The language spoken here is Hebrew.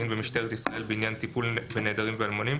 במשטרת ישראל בעניין טיפול בנעדרים ואלמונים: